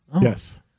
Yes